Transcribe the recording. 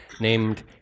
named